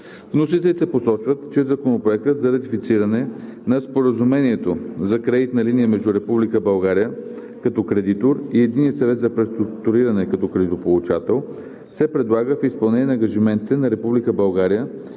Вносителите посочват, че Законопроектът за ратифициране на Споразумението за кредитна линия между Република България като кредитор и Единния съвет за преструктуриране като кредитополучател се предлага в изпълнение на ангажиментите на